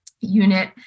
unit